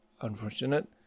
unfortunate